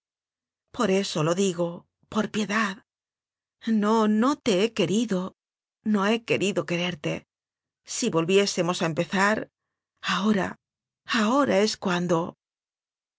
por eso lo digo por piedad no no te he querido no he querido quererte si vol viésemos a empezar ahora ahora es cuan